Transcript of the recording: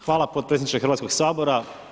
Hvala potpredsjedniče Hrvatskog sabora.